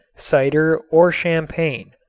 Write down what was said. cider or champagne.